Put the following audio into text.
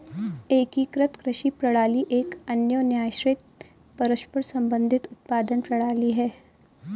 एकीकृत कृषि प्रणाली एक अन्योन्याश्रित, परस्पर संबंधित उत्पादन प्रणाली है